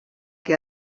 que